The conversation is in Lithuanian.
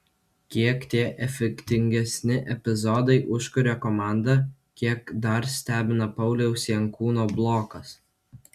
kiek tie efektingesni epizodai užkuria komandą kiek dar stebina pauliaus jankūno blokas